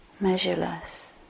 Measureless